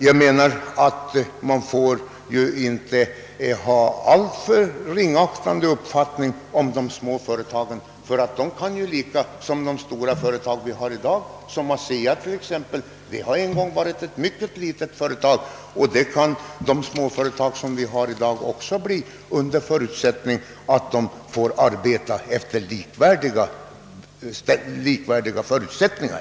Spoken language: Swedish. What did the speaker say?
Jag menar att man inte får hysa ringaktning för de små företagen. De stora företag vi har i dag, t.ex. ASEA, har en gång varit mycket små företag, och de småföretag vi nu har kan också bli stora under förutsättning att de får arbeta under likvärdiga «förutsättningar.